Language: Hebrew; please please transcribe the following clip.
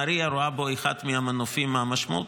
נהריה רואה בו את אחד מהמנופים המשמעותיים,